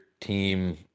team